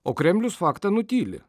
o kremlius faktą nutyli